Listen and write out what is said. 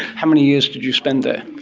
how many years did you spend there?